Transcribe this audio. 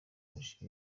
kurusha